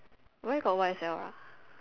where got white